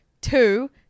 two